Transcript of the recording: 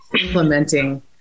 implementing